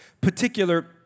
particular